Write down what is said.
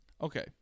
Okay